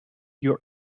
your